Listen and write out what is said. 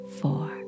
four